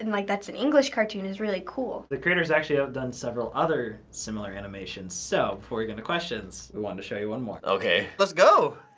and like that's an english cartoon, is really cool. the creator has actually ah done several other similar animations, so before we get into questions, we wanted to show you one more. okay. let's go.